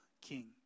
king